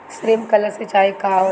Sprinkler सिंचाई का होला?